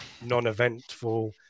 non-eventful